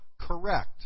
correct